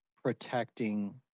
protecting